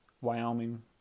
Wyoming